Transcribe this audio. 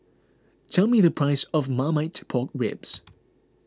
tell me the price of Marmite Pork Ribs